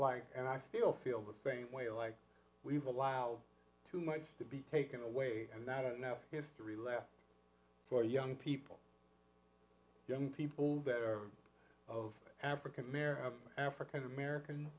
like and i still feel the same way like we've allowed too much to be taken away and not a history lesson for young people young people that are of african african american